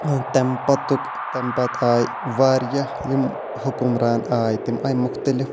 تَمہِ پَتُک تَمہِ پَتہٕ آیہِ واریاہ یِم حُکُمران آیہِ تِم آیہِ مُختٔلِف